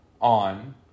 on